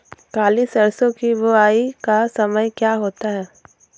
काली सरसो की बुवाई का समय क्या होता है?